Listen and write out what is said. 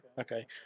Okay